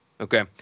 Okay